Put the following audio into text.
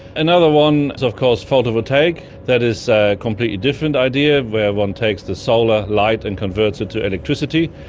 another one is of course photovoltaic, that is a completely different idea where one takes the solar light and converts it to electricity.